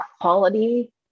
quality